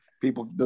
people